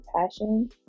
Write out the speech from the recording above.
passion